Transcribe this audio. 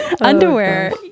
Underwear